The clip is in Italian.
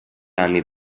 anni